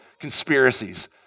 conspiracies